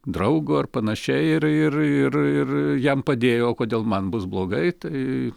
draugo ir panašiai ir ir ir ir jam padėjo o kodėl man bus blogai tai